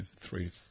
three